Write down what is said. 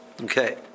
Okay